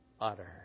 utter